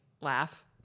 laugh